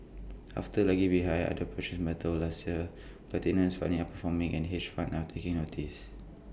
after lagging behind other precious metals last year platinum is finally outperforming and hedge funds are taking notice